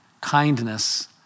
kindness